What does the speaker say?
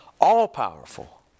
All-powerful